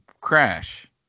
crash